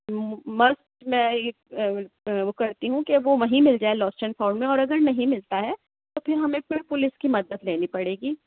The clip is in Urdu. مسٹ میں وہ کرتی ہوں کہ وہ وہیں مِل جائے لاسٹ اینڈ فاؤنڈ میں اور اگر نہیں ملتا ہے تو پھر ہمیں پھر پولیس کی مدد لینی پڑے گی